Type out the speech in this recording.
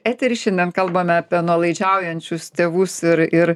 etery šiandien kalbame apie nuolaidžiaujančius tėvus ir ir